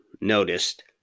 noticed